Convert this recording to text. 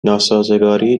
ناسازگاری